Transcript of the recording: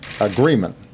agreement